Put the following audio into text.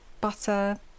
butter